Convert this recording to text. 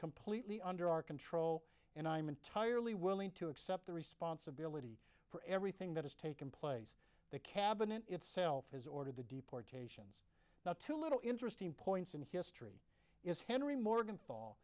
completely under our control and i'm entirely willing to accept the responsibility for everything that has taken place the cabinet itself has ordered the deportees not too little interesting points in history is henry morgan fall